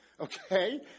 okay